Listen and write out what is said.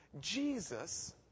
Jesus